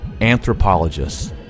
anthropologists